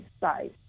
size